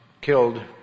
killed